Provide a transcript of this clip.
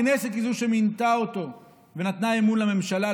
הכנסת היא שמינתה אותו ונתנה אמון בממשלה,